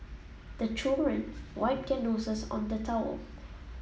the children wipe their noses on the towel